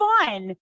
fun